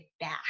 back